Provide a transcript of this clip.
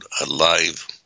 alive